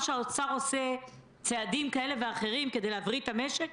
שהאוצר עושה צעדים כאלה ואחרים כדי להבריא את המשק,